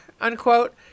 unquote